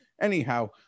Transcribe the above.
anyhow